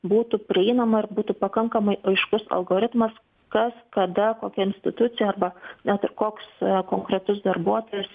būtų prieinamair būtų pakankamai aiškus algoritmas kas kada kokia institucija arba net ir koks konkretus darbuotojas